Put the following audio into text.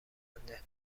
شنونده